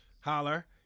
holler